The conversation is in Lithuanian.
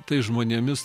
tais žmonėmis